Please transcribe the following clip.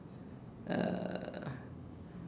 uh